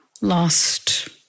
lost